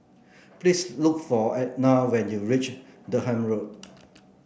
please look for Etna when you reach Durham Road